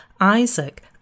Isaac